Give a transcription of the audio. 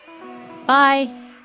Bye